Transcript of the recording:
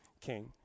king